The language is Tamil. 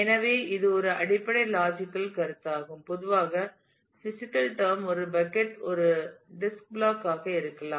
எனவே இது அடிப்படை லாஜிக்கல் கருத்தாகும் பொதுவாக பிசிகல் டோம் ஒரு பக்கட் ஒரு டிஸ்க் பிளாக் ஆக இருக்கலாம்